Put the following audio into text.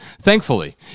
Thankfully